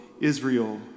Israel